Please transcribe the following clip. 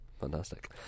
fantastic